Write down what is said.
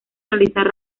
realizar